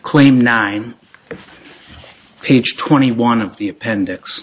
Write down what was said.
claim nine if page twenty one of the appendix